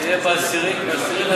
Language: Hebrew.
זה יהיה ב-10 באפריל.